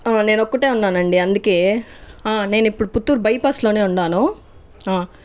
నేను ఒకటే ఉన్నానండి అందుకే నేను ఇప్పుడు పుత్తూరు బైపాస్లోనే ఉన్నాను